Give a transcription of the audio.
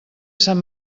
sant